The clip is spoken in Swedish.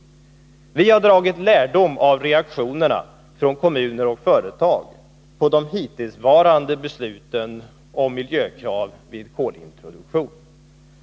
Vi har dragit lärdom av reaktionerna från kommuner och företag på de hittillsvarande besluten om miljökrav vid kolintroduktion.